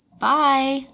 Bye